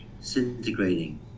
disintegrating